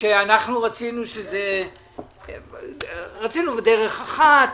שאנחנו רצינו בדרך אחרת,